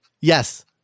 Yes